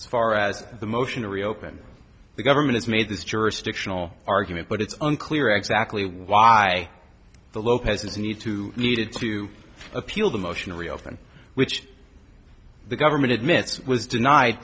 as far as the motion to reopen the government has made this jurisdictional argument but it's unclear exactly why the lopez need to needed to appeal the motion to reopen which the government admits was denied